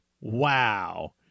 wow